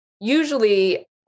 usually